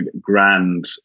grand